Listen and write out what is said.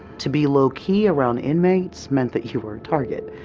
to be low key around inmates meant that you were a target.